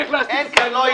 אין כאן.